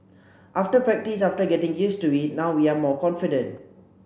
after practice after getting used to it now we are more confident